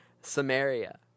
Samaria